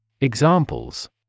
Examples